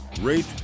rate